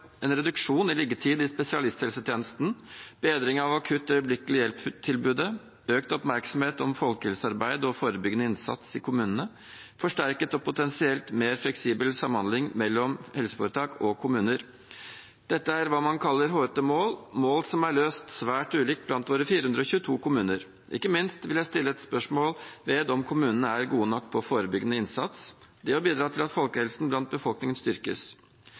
en reduksjon i liggetid i spesialisthelsetjenesten, bedring av akutt/øyeblikkelig hjelp-tilbudet, økt oppmerksomhet om folkehelsearbeid og forebyggende innsats i kommunene og forsterket og potensielt mer fleksibel samhandling mellom helseforetak og kommuner. Dette er hva man kaller hårete mål, mål som er løst svært ulikt blant våre 422 kommuner. Ikke minst vil jeg stille spørsmål om kommunene er gode nok på forebyggende innsats, det å bidra til at folkehelsen blant befolkningen styrkes.